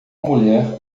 mulher